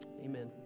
Amen